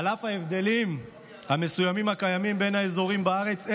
ועל אף ההבדלים המסוימים הקיימים בין אזורים בארץ,